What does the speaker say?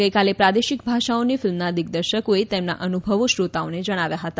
ગઇકાલે પ્રાદેશિક ભાષાઓની ફિલ્મના દિગ્દર્શકોએ તેમના અનુભવો શ્રોતાઓને જણાવ્યા હતા